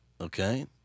okay